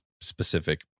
specific